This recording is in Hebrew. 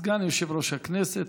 סגן יושב-ראש הכנסת.